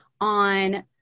on